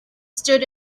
stood